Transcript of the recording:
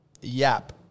Yap